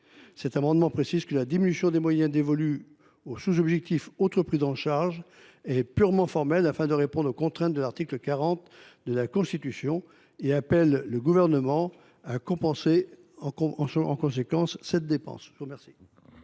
cet amendement précisent que la diminution des moyens dévolus au sous objectif « Autres prises en charge » est purement formelle, afin de répondre aux contraintes de l’article 40 de la Constitution. En conséquence, nous appelons le Gouvernement à compenser cette dépense.